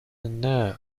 unknown